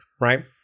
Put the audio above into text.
right